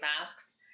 masks